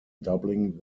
doubling